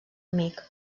amic